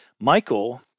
Michael